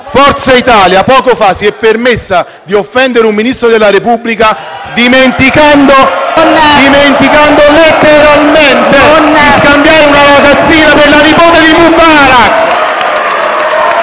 Forza Italia, poco fa, si è permessa di offendere un Ministro della Repubblica dimenticando letteralmente di aver scambiato una ragazzina per la nipote di Mubarak.